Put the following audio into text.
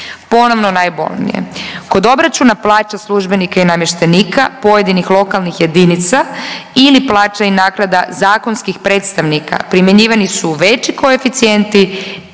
Ponovno najbolnije. Kod obračuna plaća službenika i namještenika pojedinih lokalnih jedinica ili plaća i naknada zakonskih predstavnika primjenjivani su veći koeficijenti